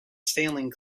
sailing